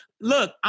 Look